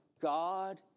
God